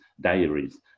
diaries